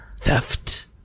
theft